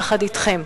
יחד אתכם,